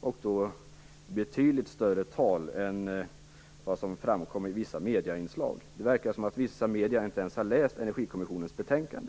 Det rörde sig om betydligt större tal än vad som framkom i vissa inslag i medierna. Det verkar som om man i vissa medier inte ens har läst Energikommissionens betänkande.